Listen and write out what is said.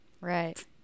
Right